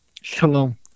Shalom